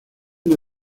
una